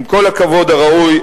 עם כל הכבוד הראוי,